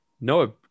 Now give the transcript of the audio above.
No